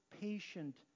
patient